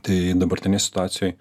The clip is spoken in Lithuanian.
tai dabartinėj situacijoj